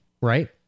right